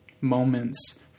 moments